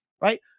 Right